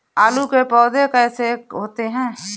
आलू के पौधे कैसे होते हैं?